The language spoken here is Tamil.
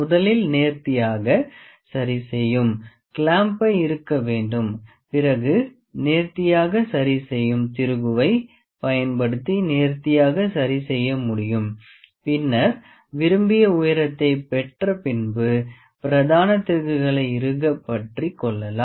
முதலில் நேர்த்தியாக சரி செய்யும் கிளாம்ப்பை இறுக்க வேண்டும் பிறகு நேர்த்தியாக சரி செய்யும் திருகுவை பயன்படுத்தி நேர்த்தியாக சரிசெய்ய முடியும் பின்னர் விரும்பிய உயரத்தைப் பெற்ற பின்பு பிரதான திருகுகளை இறுகப் பற்றிக் கொள்ளலாம்